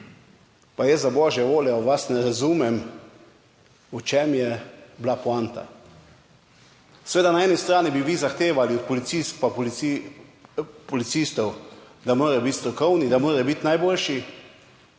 Pa jaz za božjo voljo vas ne razumem, v čem je bila poanta. Seveda, na eni strani bi vi zahtevali od policistk pa policistov, da morajo biti strokovni, da morajo biti najboljši.